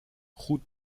route